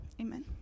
Amen